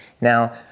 Now